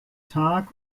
tag